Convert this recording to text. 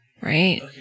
right